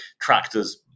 tractors